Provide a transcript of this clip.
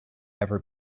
ever